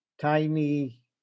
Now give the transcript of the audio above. Tiny